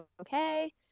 okay